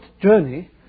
journey